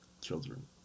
children